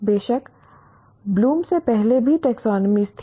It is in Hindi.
बेशक ब्लूम से पहले भी टैक्सोनोमी थी